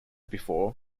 before